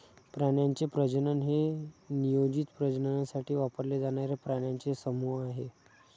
प्राण्यांचे प्रजनन हे नियोजित प्रजननासाठी वापरले जाणारे प्राण्यांचे समूह आहे